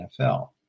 NFL